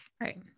right